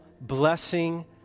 blessing